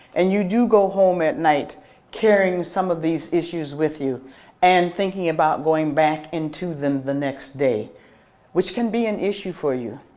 and you do go home at night carrying some of these issues with you and thinking about going back and to them the next day which can be an issue for you,